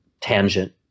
tangent